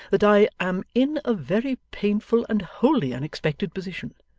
that i am in a very painful and wholly unexpected position.